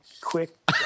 quick